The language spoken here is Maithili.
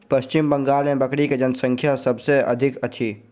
पश्चिम बंगाल मे बकरी के जनसँख्या सभ से अधिक अछि